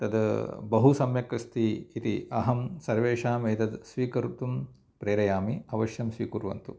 तद् बहु सम्यक् अस्ति इति अहं सर्वेषाम् एतत् स्वीकर्तुं प्रेरयामि अवश्यं स्वीकुर्वन्तु